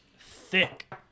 thick